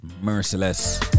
merciless